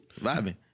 Vibing